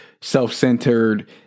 self-centered